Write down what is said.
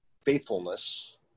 faithfulness